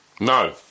No